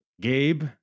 Gabe